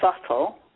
subtle